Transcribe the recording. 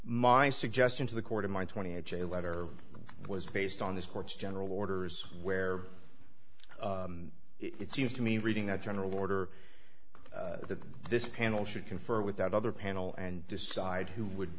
my suggestion to the court of my twentieth a letter was based on this court's general orders where it seems to me reading that general order that this panel should confer with that other panel and decide who would